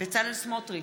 בצלאל סמוטריץ,